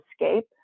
escape